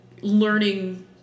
learning